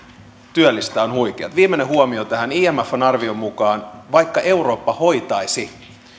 työllistää ovat huikeat viimeinen huomio tähän imfn arvion mukaan vaikka eurooppa hoitaisi